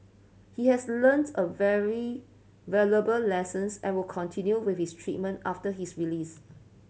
he has learnts a very valuable lessons and will continue with his treatment after his release